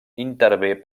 intervé